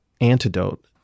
antidote